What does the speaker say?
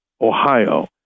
Ohio